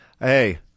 hey